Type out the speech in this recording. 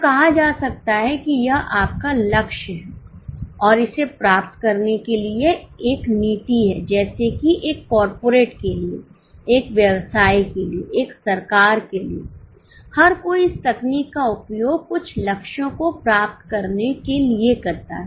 यहकहा जा सकता है कि यह आपका लक्ष्य है और इसे प्राप्त करने के लिए एक नीति है जैसे कि एक कॉर्पोरेट के लिए एक व्यवसाय के लिए एक सरकार के लिए हर कोई इस तकनीक का उपयोग कुछ लक्ष्यों को प्राप्त करने के लिए करता है